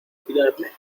tirarme